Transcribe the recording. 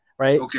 Right